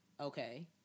okay